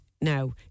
now